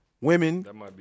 women